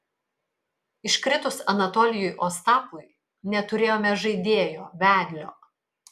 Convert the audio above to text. iškritus anatolijui ostapui neturėjome žaidėjo vedlio